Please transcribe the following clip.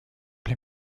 les